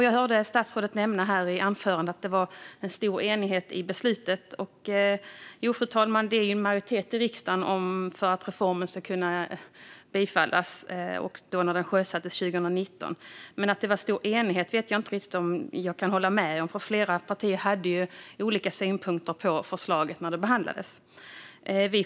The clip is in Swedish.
Jag hörde statsrådet nämna i sitt interpellationssvar att det var stor enighet om beslutet. Jo, fru talman, det krävdes ju en majoritet i riksdagen för att reformen skulle kunna bifallas när den sjösattes 2019. Men att det var stor enighet om förslaget vet jag inte riktigt om jag kan hålla med om, för flera partier hade ju olika synpunkter på förslaget när det behandlades.